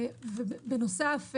ובנוסף,